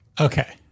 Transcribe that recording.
Okay